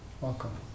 welcome